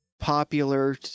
popular